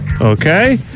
Okay